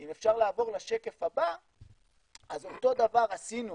אם אפשר לעבור לשקף הבא אז אותו דבר עשינו